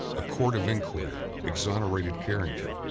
a court of inquiry exonerated carrington,